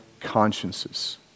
consciences